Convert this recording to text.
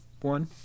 one